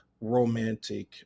romantic